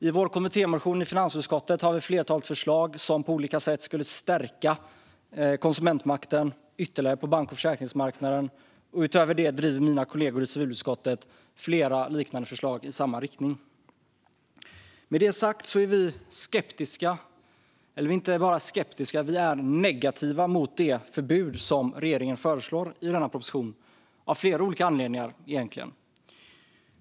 I vår kommittémotion i finansutskottet har vi ett flertal förslag som på olika sätt skulle ytterligare stärka konsumentmakten på bank och försäkringsmarknaden. Utöver det driver mina kollegor i civilutskottet flera liknande förslag i samma riktning. Med det sagt är vi inte bara skeptiska utan negativa till det förbud som regeringen föreslår i denna proposition, av flera olika anledningar.